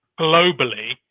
globally